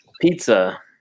pizza